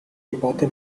nipote